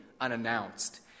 unannounced